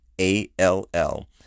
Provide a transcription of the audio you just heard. A-L-L